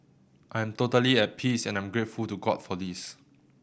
I am totally at peace and I'm grateful to God for this